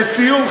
לסיום,